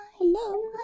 Hello